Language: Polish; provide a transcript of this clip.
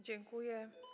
Dziękuję.